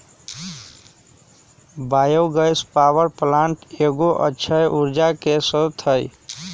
bio gas power plant एगो अक्षय ऊर्जा के स्रोत हइ